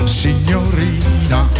signorina